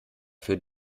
für